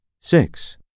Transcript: Six